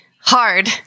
hard